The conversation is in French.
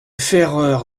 ferreur